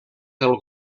del